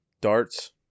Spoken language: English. darts